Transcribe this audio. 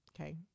okay